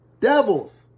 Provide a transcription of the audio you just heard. devils